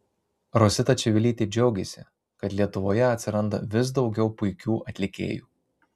rosita čivilytė džiaugėsi kad lietuvoje atsiranda vis daugiau puikių atlikėjų